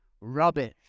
rubbish